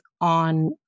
on